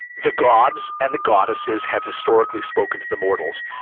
the gods and the goddesses have historically spoken to the mortals.